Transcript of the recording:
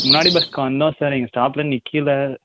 முன்னாடி பஸ்ஸுக்கு வந்தோம் சார் எங்கள் ஸ்டாப்பில் நிற்கில